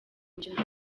umukino